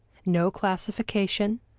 no classification,